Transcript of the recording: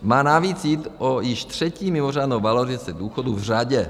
Má navíc jít o již třetí mimořádnou valorizaci důchodů v řadě.